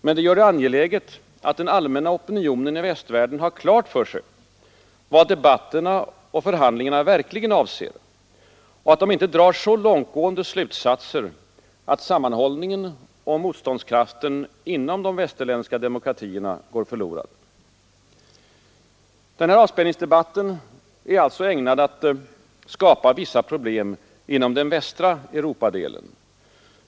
Men de gör det angeläget att den allmänna opinionen i västvärlden har klart för sig vad debatterna och förhandlingarna verkligen avser och att de inte drar så långtgående slutsatser, att sammanhållningen och motståndskraften inom de västerländska demokratierna går förlorad. Avspänningsdebatten är alltså ägnad att skapa vissa problem inom den västra Europadelen.